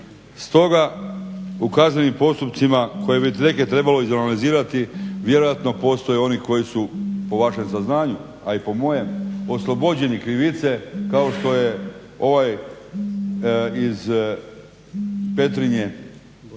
Stoga u kaznenim postupcima koje bi neke trebalo izanalizirati vjerojatno postoje oni koji su po vašem saznanju, a i po mojem oslobođeni krivice kao što je ovaj iz Petrinje Boro